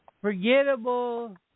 forgettable